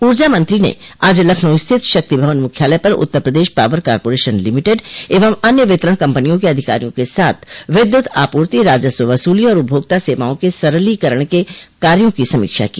ऊर्जा मंत्री ने आज लखनऊ स्थित शक्ति भवन मुख्यालय पर Uttar Pradesh power corporation limited एवं अन्य वितरण कम्पनियों के अधिकारियों के साथ विद्युत आपूर्ति राजस्व वसूली और उपभोक्ता सेवाओं के सरलीकरण के कार्यो को समीक्षा की